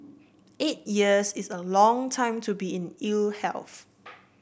eight years is a long time to be in ill health